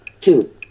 two